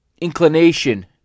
inclination